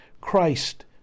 Christ